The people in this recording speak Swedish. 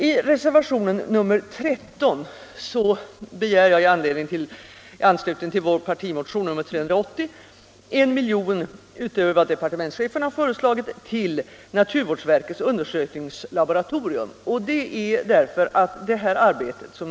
I reservationen 13 begär jag i anslutning till vår partimotion nr 380 1 milj.kr. utöver vad departementschefen har föreslagit till naturvårdsverkets undersökningslaboratorium.